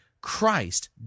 Christ